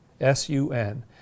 S-U-N